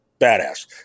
badass